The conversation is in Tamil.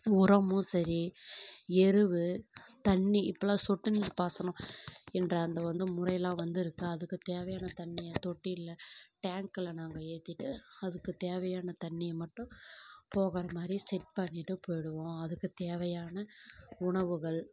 உரமும் சரி எரு தண்ணி இப்பெல்லாம் சொட்டு நீர் பாசனம் என்ற அந்த வந்து முறையெலாம் வந்திருக்கா அதுக்கு தேவையான தண்ணியை தொட்டியில் டேங்க்கில் நாங்கள் ஏற்றிட்டு அதுக்கு தேவையான தண்ணியை மட்டும் போகிற மாதிரி செட் பண்ணிவிட்டு போய்விடுவோம் அதுக்கு தேவையான உணவுகள்